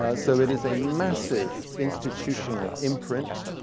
ah so it is a massive institutional imprint,